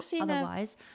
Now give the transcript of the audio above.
otherwise